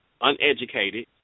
uneducated